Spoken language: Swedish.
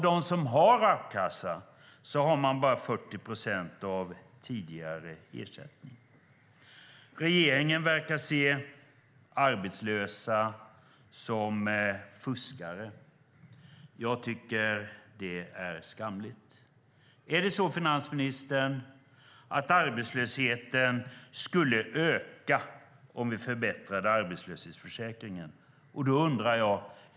De som har a-kassa har bara 40 procent av tidigare ersättning. Regeringen verkar se arbetslösa som fuskare. Jag tycker att det är skamligt. Är det så, finansministern, att arbetslösheten skulle öka om vi förbättrade arbetslöshetsförsäkringen?